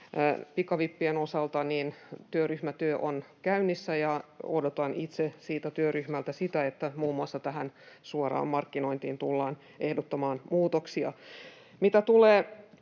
pikavippien osalta, työryhmätyö on käynnissä, ja odotan itse siltä työryhmältä sitä, että muun muassa tähän suoramarkkinointiin tullaan ehdottamaan muutoksia. Mitä tulee